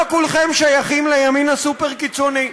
לא כולכם שייכים לימין הסופר-קיצוני,